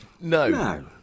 No